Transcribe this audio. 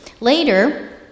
Later